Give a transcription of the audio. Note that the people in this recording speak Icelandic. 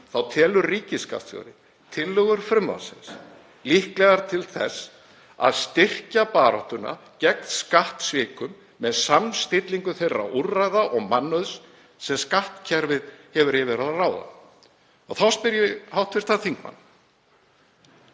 þá telur ríkisskattstjóri tillögur frumvarpsins líklegar til þess að styrkja baráttuna gegn skattsvikum, með samstillingu þeirra úrræða og mannauðs sem skattkerfið hefur yfir að ráða.“ Þá spyr ég hv. þingmann: